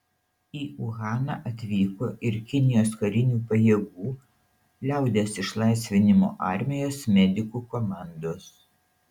į uhaną atvyko ir kinijos karinių pajėgų liaudies išlaisvinimo armijos medikų komandos